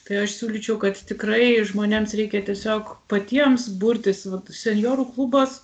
tai aš siūlyčiau kad tikrai žmonėms reikia tiesiog patiems burtis vat senjorų klubas